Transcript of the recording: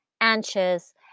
anxious